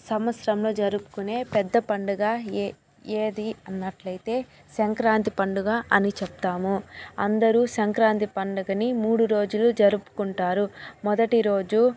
సంవత్సరంలో జరుపుకునే పెద్ద పండుగ ఏది అన్నట్లయితే సంక్రాంతి పండుగ అని చెప్తాము అందరూ సంక్రాంతి పండగని మూడు రోజులు జరుపుకుంటారు మొదటి రోజు